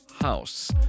House